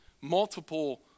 multiple